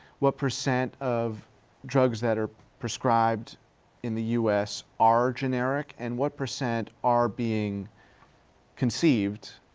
what percent of drugs that are prescribed in the us are generic, and what percent are being conceived,